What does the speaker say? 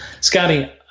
Scotty